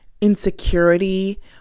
insecurity